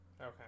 Okay